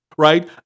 right